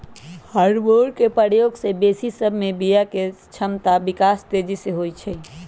hormone के प्रयोग से मवेशी सभ में बियायके क्षमता विकास तेजी से होइ छइ